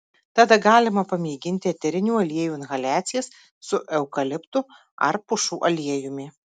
tada galima pamėginti eterinių aliejų inhaliacijas su eukaliptu ar pušų aliejumi